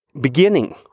beginning